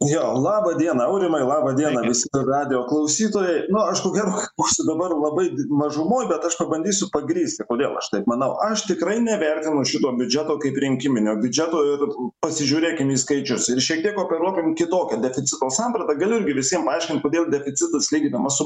jo labą dieną aurimai labą dieną visi radijo klausytojai nu aš ko gero būsiu dabar labai mažumoj bet aš pabandysiu pagrįsti kodėl aš taip manau aš tikrai nevertinu šito biudžeto kaip rinkiminio biudžeto ir pasižiūrėkim į skaičius ir šiek tiek operuokim kitokia deficito samprata galiu irgi visiem paaiškint kodėl deficitas lyginamas su